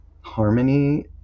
harmony